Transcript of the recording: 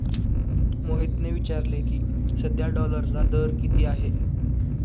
मोहितने विचारले की, सध्या डॉलरचा दर किती आहे?